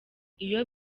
iyo